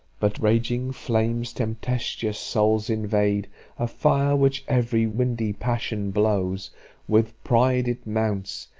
but raging flames tempestuous souls invade a fire which ev'ry windy passion blows with pride it mounts,